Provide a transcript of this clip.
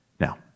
Now